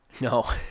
No